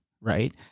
right